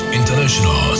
international